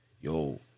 yo